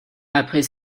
après